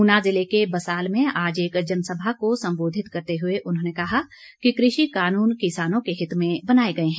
ऊना ज़िले के बसाल में आज एक जनसभा को संबोधित करते हए उन्होंने कहा कि कृषि कानून किसानों के हित में बनाए गए हैं